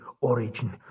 origin